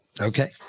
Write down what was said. Okay